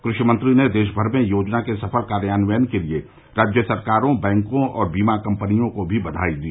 कृषि मंत्री ने देशभर में योजना के सफल कार्यान्वयन के लिए राज्य सरकारों बैंकों और बीमा कंपनियों को भी बधाई दी